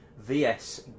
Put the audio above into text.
VS